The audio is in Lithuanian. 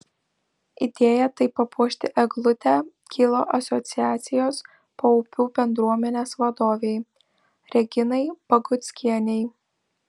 idėja taip papuošti eglutę kilo asociacijos paupių bendruomenės vadovei reginai baguckienei